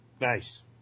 Nice